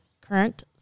current